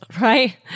right